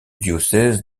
diocèse